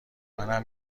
منم